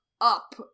up